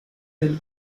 del